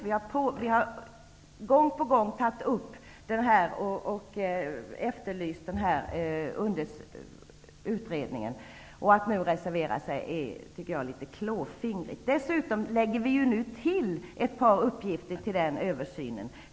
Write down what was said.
Vi har gång på gång tagit upp och efterlyst denna utredning. Att Socialdemokraterna nu reserverar sig, tycker jag är litet klåfingrigt. Dessutom lägger ju vi i utskottsmajoriteten till ett par uppgifter i fråga om denna översyn.